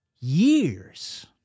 years